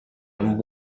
and